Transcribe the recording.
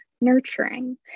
nurturing